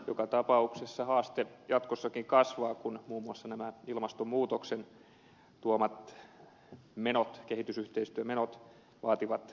joka tapauksessa haaste jatkossakin kasvaa kun muun muassa nämä ilmastonmuutoksen tuomat menot kehitysyhteistyömenot vaativat lisäystä